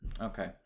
Okay